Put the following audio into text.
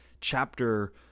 chapter